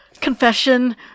confession